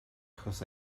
achos